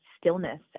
stillness